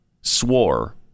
swore